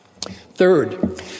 Third